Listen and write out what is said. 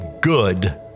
good